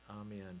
Amen